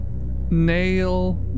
Nail